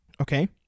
okay